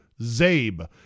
ZABE